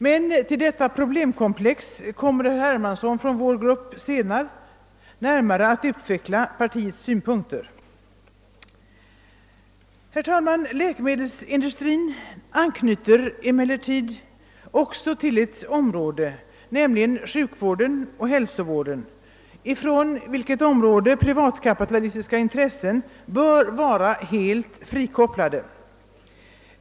De frågorna kommer emellertid herr Hermansson från vår grupp senare att utveckla partiets synpunkter på. Läkemedelsindustrin anknyter också till hälsooch sjukvårdsområdet, ett område där de privatkapitalistiska intressena bör vara helt uteslutna.